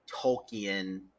Tolkien